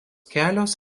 kelios